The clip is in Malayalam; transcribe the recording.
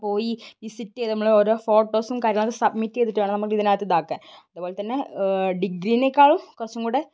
പോയി വിസിറ്റ് ചെയ്ത് നമ്മളോരോ ഫോട്ടോസും കാര്യങ്ങളുമൊക്കെ സബ്മിറ്റ് ചെയ്തിട്ട് വേണം നമുക്കിതിനകത്ത് ഇതാക്കാൻ അതുപോലെ തന്നെ ഡിഗ്രിയെക്കാളും കുറച്ചുംകൂടെ